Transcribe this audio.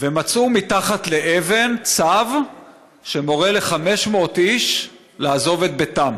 ומצאו מתחת לאבן צו שמורה ל-500 איש לעזוב את ביתם,